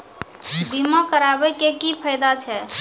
बीमा कराबै के की फायदा छै?